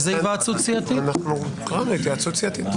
(הישיבה נפסקה בשעה 13:15 ונתחדשה בשעה 14:17.)